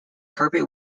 carpet